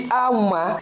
auma